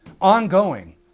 Ongoing